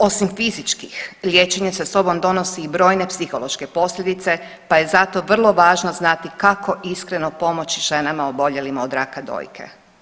Osim fizičkih liječenje sa sobom donosi i brojne psihološke posljedice, pa je zato vrlo važno znati kako iskreno pomoći ženama oboljelima od raka dojke.